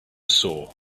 saw